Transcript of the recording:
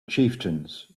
chieftains